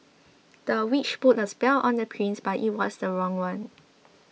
the witch put a spell on the prince but it was the wrong one